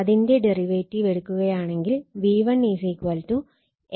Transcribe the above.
അതിന്റെ ഡെറിവേറ്റീവ് എടുക്കുകയാണെങ്കിൽ V1 N1 ∅m ω cos ω t എന്നായിരിക്കും